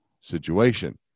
situation